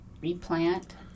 replant